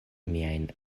miajn